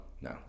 No